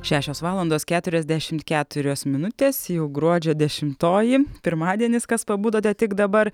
šešios valandos keturiasdešimt keturios minutės jau gruodžio dešimtoji pirmadienis kas pabudote tik dabar